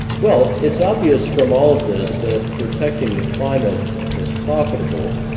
well, it's obvious from all of this that protecting the climate is profitable